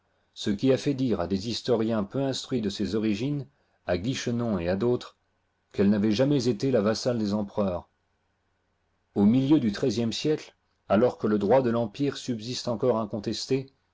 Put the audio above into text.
ce qui a fait dire à des historiens peu instruits dr ses origines à guichenon et à d'autres qu'elle n'avait jamais été la vassale des empereurs au milieu du xiii e siècle alors que le droit de l'empire subsiste encore incontesté